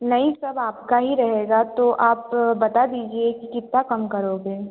नहीं सब आपका ही रहेगा तो आप बता दीजिए कि कितना कम करोगे